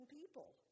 people